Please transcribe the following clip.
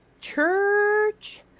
church